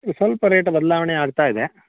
ಸ್ವಲ್ಪ ರೇಟ್ ಬದಲಾವಣೆ ಆಗ್ತ ಇದೆ